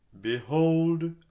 Behold